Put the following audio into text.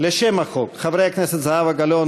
חברי הכנסת זהבה גלאון,